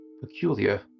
peculiar